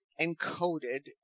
encoded